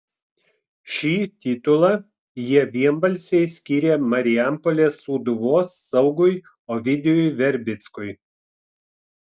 šį titulą jie vienbalsiai skyrė marijampolės sūduvos saugui ovidijui verbickui